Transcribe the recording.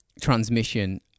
transmission